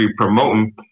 promoting